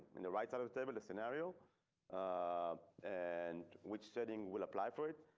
in the right side of the table, the scenario and which setting will apply for it.